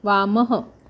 वामः